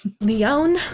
Leon